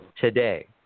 today